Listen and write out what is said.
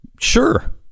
sure